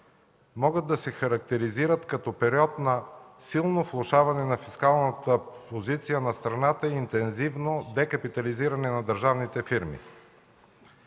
могат да се характеризират като период на силно влошаване на фискалната позиция на страната и интензивно декапитализиране на държавните фирми.